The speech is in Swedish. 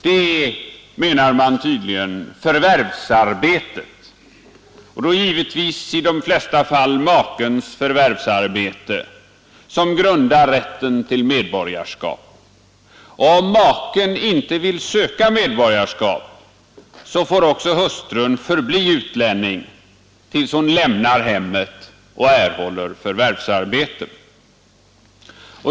Det är, menar man tydligen, förvärvsarbetet — och då givetvis i de flesta fall makens förvärvsarbete — som grundar rätten till medborgarskap. Om maken inte vill söka svenskt medborgarskap får också hustrun förbli utlänning tills hon lämnar hemmet och erhåller förvärvsarbete.